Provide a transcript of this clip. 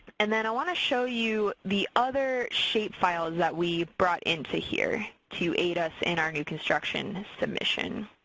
and then i want to show you the other shapefiles that we brought in to here to aid us in our new construction submission.